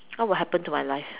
what would happen to my life